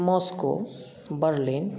Moscow Berlin